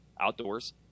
outdoors